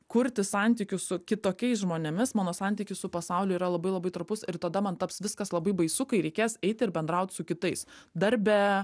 kurti santykius su kitokiais žmonėmis mano santykis su pasauliu yra labai labai trapus ir tada man taps viskas labai baisu kai reikės eit ir bendraut su kitais darbe